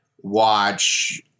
watch